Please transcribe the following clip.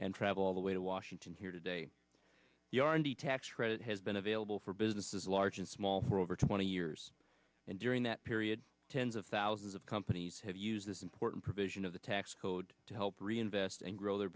and travel all the way to washington here today the r and d tax credit has been available for businesses large and small for over twenty years and during that period tens of thousands of companies have used this important provision of the tax code to help reinvest and grow their